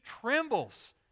trembles